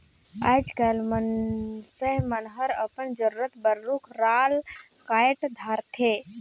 आयज कायल मइनसे मन हर अपन जरूरत बर रुख राल कायट धारथे